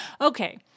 okay